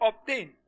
obtain